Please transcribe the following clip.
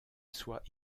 soit